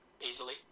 easily